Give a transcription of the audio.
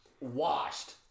washed